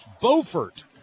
Beaufort